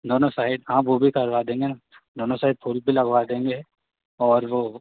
दोनों साइड हाँ वह भी करवा देंगे दोनों साइड फूल भी लगवा देंगे और वह